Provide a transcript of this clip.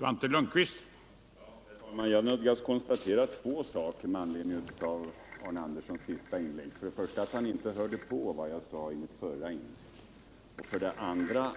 Herr talman! Jag nödgas konstatera två saker med anledning av Arne Anderssons i Ljungs senaste inlägg. För det första hörde han inte på vad jag sade i mitt förra inlägg. För det andra